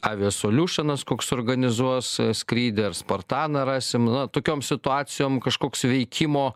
avijasoliušinas koks suorganizuos skrydį ar spartaną rasim na tokiom situacijom kažkoks veikimo